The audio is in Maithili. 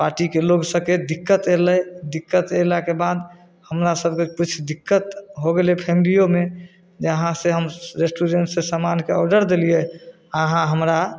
पार्टीके लोक सबके दिक्कत एलै दिक्कत एलाके बाद हमरा सबके किछु दिक्कत हो गेलै फैमिलियोमे जे अहाँ से हम रेस्टूरेंट से समानके ऑर्डर देलियै अहाँ हमरा